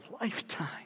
lifetime